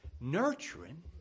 nurturing